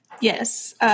Yes